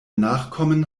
nachkommen